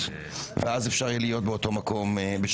ואז אפשר יהיה להיות בשני מקומות באותו זמן.